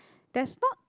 that's not